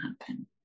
happen